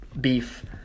beef